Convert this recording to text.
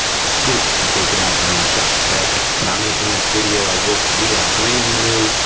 scoop, and take it out in one shot, okay? but i'm making this video as if we are brandy new,